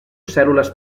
cèl·lules